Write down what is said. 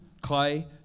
clay